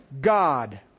God